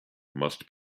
must